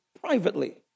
privately